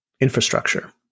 infrastructure